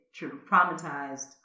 traumatized